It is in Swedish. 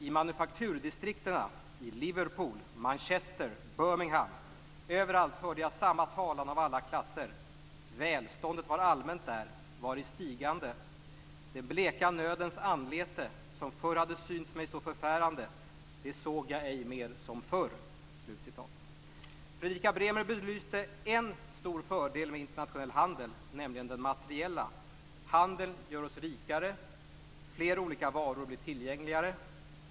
I manufakturdistrikterna, i Liverpool, Manchester, Birmingham, överallt hörde jag samma talan av alla klasser: välståndet var allmänt där, var i stigande. Det bleka nödens anlete, som förr hade synts mig så förfärande, det såg jag ej mer så som förr." Fredrika Bremer belyste en stor fördel med internationell handel, nämligen den materiella. Handeln gör oss rikare. Fler olika varor blir tillgängliga.